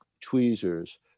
tweezers